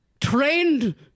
trained